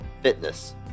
fitness